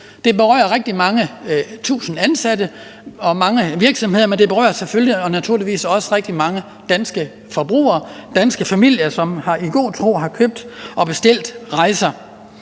Det berører mange tusinde ansatte og mange virksomheder, men det berører naturligvis også rigtig mange danske forbrugere, danske familier, som i god tro har købt og bestilt rejser.